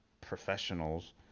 professionals